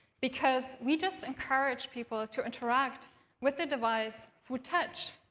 because we just encouraged people to interact with the device through touch.